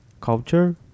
culture